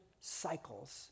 cycles